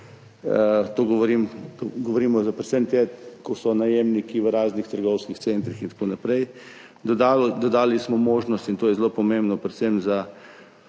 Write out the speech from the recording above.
To govorimo za predvsem te, ki so najemniki v raznih trgovskih centrih in tako naprej. Dodali smo možnost, in to je zelo pomembno, predvsem za